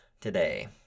today